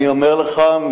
אני אומר לך,